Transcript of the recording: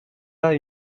pas